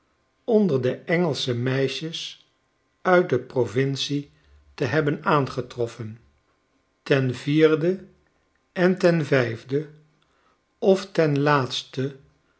onder de engelsche meisjes uit de provincie te hebben aangetroffen ten vierde en ten vijfde of ten laatste